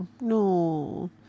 no